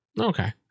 Okay